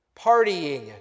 partying